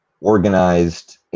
organized